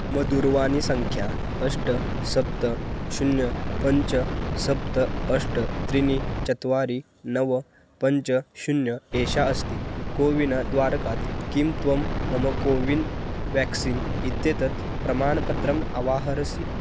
मम दूरवाणीसङ्ख्या अष्ट सप्त शून्यं पञ्च सप्त अष्ट त्रीणि चत्वारि नव पञ्च शून्यं एषा अस्ति कोविन द्वारकात् किं त्वं मम कोविन् व्याक्सीन् इत्येतत् प्रमाणपत्रम् अवाहरसि